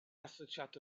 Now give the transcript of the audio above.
associato